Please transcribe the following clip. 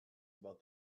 about